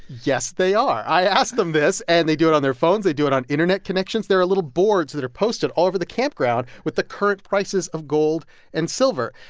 yes, they are. i asked them this, and they do it on their phones. they do it on internet connections. there are little boards that are posted all over the campground with the current prices of gold and silver.